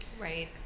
Right